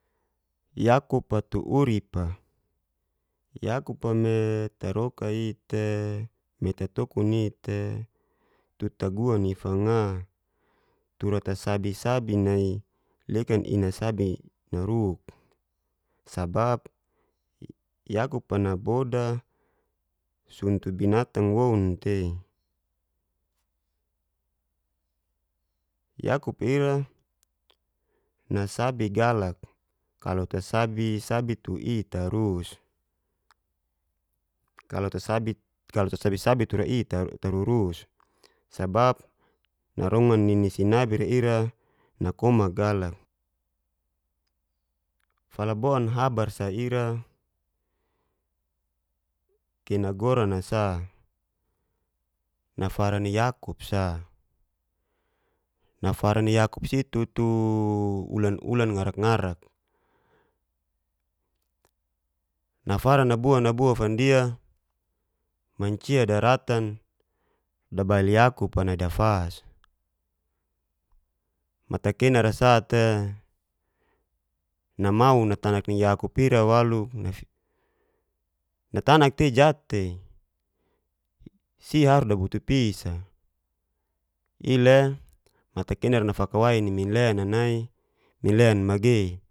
Yakup'a tu urip'a, yakup'a me taroka'ite me tatokun'ite tu taguan'i fanga tura tasabi-sabi nai lekan insabi naruk, sabap yakupa naboda sontu bintangg moun tei, yakupa ira nasabi galak kalo tasabi-sabi tu'i tarus sabap narongan nini sinabi'ra ira nakomak galak. Falabon habar sa'ira kena goran'a sa nafara ni yakup sa, nafara ni yakup si tutu ulan-ulan ngarak ngarak, nafara nubua-nabua fandia mancia dratan dabail yakupa'a nai dafas. Mata kena'ra sa'te namau natanak ni yakup ira waluk natnak tei jat'tei si harus dabutu pis'a i'le matakena nafakawai ni minlena nai minlen magei.